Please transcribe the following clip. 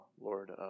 Lord